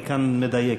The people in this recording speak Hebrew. היא כאן מדייקת.